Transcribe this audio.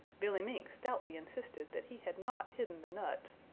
billy mink stoutly insisted that he had not hidden the nuts,